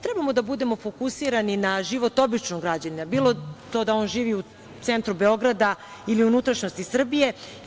Treba da budemo fokusirani na život običnog građanina, bilo da on živi u centru Beograda ili u unutrašnjosti Srbije.